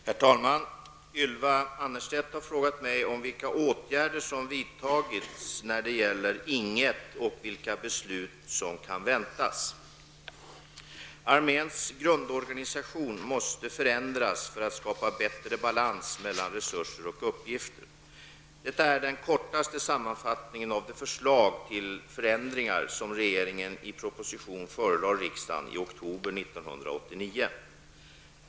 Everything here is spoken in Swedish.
Herr talman! Ylva Annerstedt har frågat mig vilka åtgärder som vidtagits när det gäller Ing 1 och vilka beslut som kan väntas. ''Arméns grundorganisation måste förändras för att skapa bättre balans mellan resurser och uppgifter.'' Detta är den kortaste sammanfattningen av de förslag till förändringar som regeringen i proposition förelade riksdagen i oktober 1989.